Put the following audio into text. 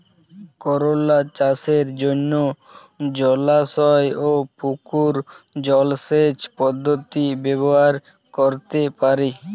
করোলা চাষের জন্য জলাশয় ও পুকুর জলসেচ পদ্ধতি ব্যবহার করতে পারি?